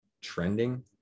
trending